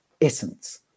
essence